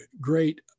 great